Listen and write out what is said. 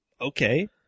okay